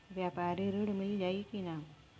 व्यापारी ऋण मिल जाई कि ना?